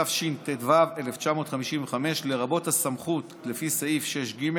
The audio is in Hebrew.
התשט"ו 1955, לרבות הסמכות לפי סעיף 6(ג)